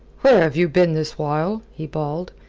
where have you been this while? he bawled,